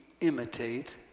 imitate